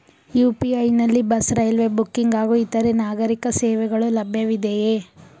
UPI ನಲ್ಲಿ bus, railway booking ಹಾಗೂ ಇತರೆ ನಾಗರೀಕ ಸೇವೆಗಳು ಲಭ್ಯವಿದೆಯೇ?